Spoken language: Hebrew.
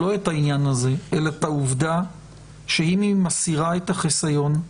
את העובדה שאם היא מסירה את החיסיון,